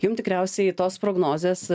jum tikriausiai tos prognozės